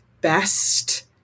best